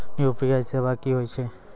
UPI सेवा की होय छै?